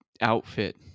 outfit